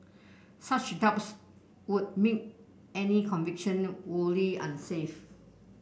such doubts would make any conviction wholly unsafe